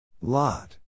Lot